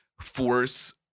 force